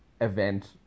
event